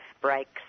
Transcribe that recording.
breaks